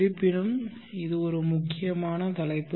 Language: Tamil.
இருப்பினும் இது ஒரு மிக முக்கியமான தலைப்பு